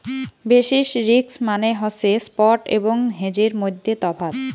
basis risk মানে হসে spot এবং হেজের মইধ্যে তফাৎ